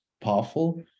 powerful